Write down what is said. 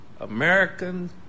American